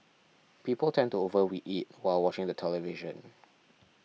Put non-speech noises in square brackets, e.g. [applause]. people tend to over [unintelligible] eat while watching the television